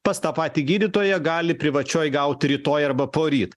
pas tą patį gydytoją gali privačioj gauti rytoj arba poryt